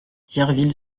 thierville